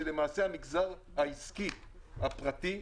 שלמעשה המגזר העסקי הפרטי,